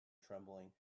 trembling